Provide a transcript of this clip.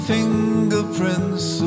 Fingerprints